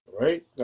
Right